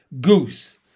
Goose